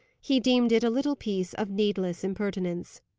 he deemed it a little piece of needless impertinence.